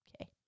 Okay